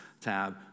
tab